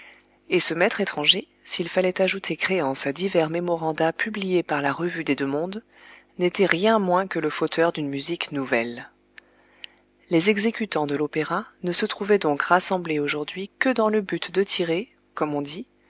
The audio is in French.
et ce maître étranger s'il fallait ajouter créance à divers memoranda publiés par la revue des deux mondes n'était rien moins que le fauteur d'une musique nouvelle les exécutants de l'opéra ne se trouvaient donc rassemblés aujourd'hui que dans le but de tirer comme on dit